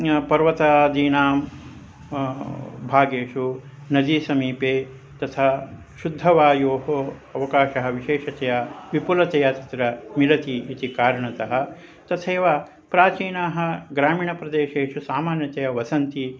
पर्वतादीनां भागेषु नदी समीपे तथा शुद्धवायोः अवकाशः विशेषतया विपुलतया तत्र मिलति इति कारणतः तथैव प्राचीनाः ग्रामीणप्रदेशेषु सामान्यतया वसन्ति